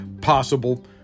possible